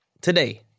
today